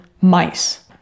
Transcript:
mice